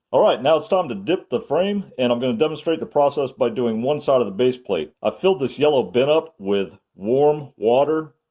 all right now it's time to dip the frame and i'm going to demonstrate the process by doing one side of the base plate. i filled this yellow bin up with warm water.